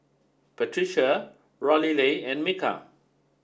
Patricia Lorelei and Micah